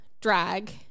drag